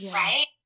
right